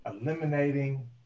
eliminating